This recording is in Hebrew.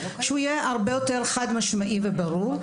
שהוא יהיה הרבה יותר חד-משמעי וברור.